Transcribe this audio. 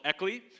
Eckley